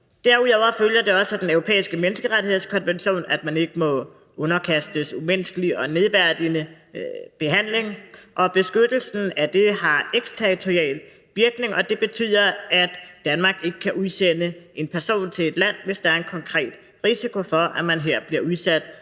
Derudover følger det også af Den Europæiske Menneskerettighedskonvention, at man ikke må underkastes umenneskelig og nedværdigende behandling. Beskyttelsen af det har eksterritorial virkning, og det betyder, at Danmark ikke kan udsende en person til et land, hvis der er en konkret risiko for, at man her bliver